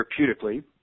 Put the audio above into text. therapeutically